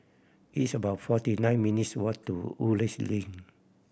it's about forty nine minutes' walk to Woodleigh Link